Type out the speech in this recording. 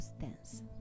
Dance